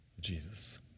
Jesus